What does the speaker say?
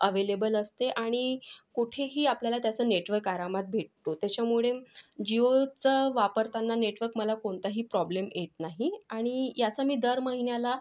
available असते आणि कुठेही आपल्याला त्याचं नेटवर्क आरामात भेटतो त्याच्यामुळे जिओचं वापरताना नेटवक मला कोणताही प्रॉब्लेम येत नाही आणि याचा मी दर महिन्याला